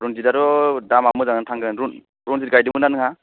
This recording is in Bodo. रनजितआथ दामआ मोजांआनो थांगोन रनजित गायदोंमोन ना नोंहा